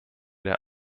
der